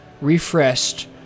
refreshed